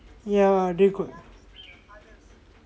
ya dude cau~